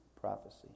prophecy